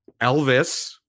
Elvis